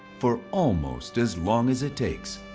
for almost as long as it takes.